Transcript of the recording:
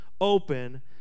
open